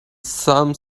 some